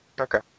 Okay